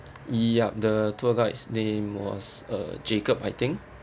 yup the tour guide's name was uh jacob I think